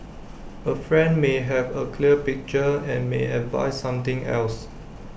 A friend may have A clear picture and may advise something else